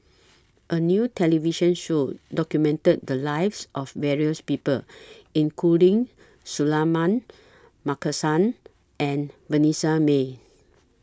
A New television Show documented The Lives of various People including Suratman Markasan and Vanessa Mae